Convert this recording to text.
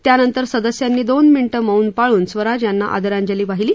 त्यानंतर सदस्यांनी दोन मिनीटं मौन पाळून स्वराज यांना आदरांजली वाहिली